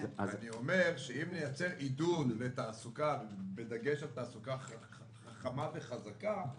אני אומר שאם נייצר עידוד לתעסוקה בדגש על תעסוקה חכמה וחזקה,